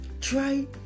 Try